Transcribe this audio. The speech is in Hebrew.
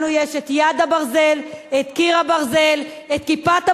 לנו יש יד הברזל, קיר הברזל, "כיפת הברזל".